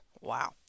wow